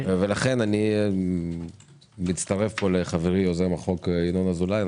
לכן אני מצטרף פה לחברי יוזם הצעת החוק ינון אזולאי.